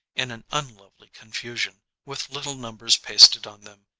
in an unlovely confusion, with little numbers pasted on them,